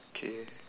okay